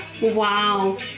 Wow